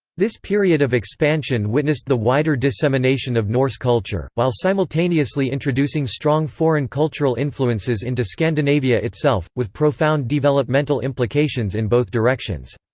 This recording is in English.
this period of expansion witnessed the wider dissemination of norse culture, while simultaneously introducing strong foreign cultural influences into scandinavia itself, with profound developmental implications in both directions.